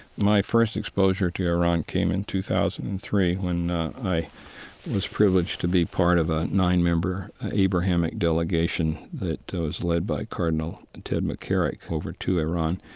my first exposure to iran came in two thousand and three, when i was privileged to be part of a nine-member abrahamic delegation that was led by cardinal ted mccarrick over to iran.